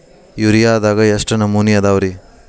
ಯೂರಿಯಾದಾಗ ಎಷ್ಟ ನಮೂನಿ ಅದಾವ್ರೇ?